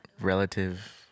relative